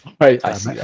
Right